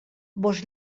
vos